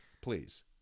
Please